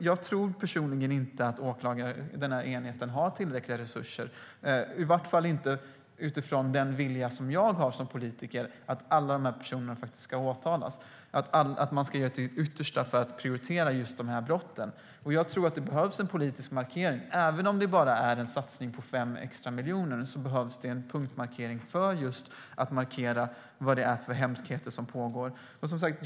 Jag tror inte att enheten har tillräckliga resurser, i varje fall inte utifrån den vilja som jag har som politiker, nämligen att alla de personerna ska åtalas och att man ska göra sitt yttersta för att prioritera just de brotten. Det behövs en politisk markering. Även om det bara är en satsning på 5 extra miljoner behövs det en markering för att visa på vilka hemskheter det är som pågår.